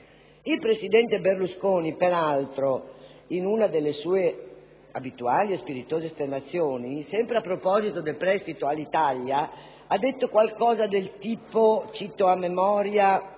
Il presidente Berlusconi, peraltro, in una delle sue abituali e spiritose esternazioni, sempre a proposito del prestito Alitalia, ha detto qualcosa del tipo (cito a senso)